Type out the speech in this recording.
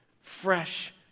Fresh